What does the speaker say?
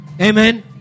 Amen